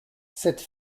cette